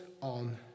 on